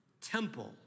temple